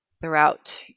throughout